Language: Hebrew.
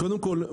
קודם כל,